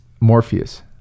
Morpheus